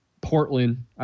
Portland